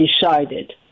decided